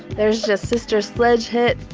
there's just sister sledge hit